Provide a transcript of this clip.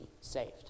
saved